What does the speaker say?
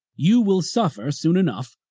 you will suffer soon enough,